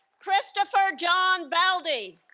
christopher john baldi